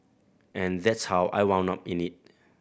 and that's how I wanna up in it